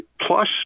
plus